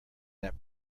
that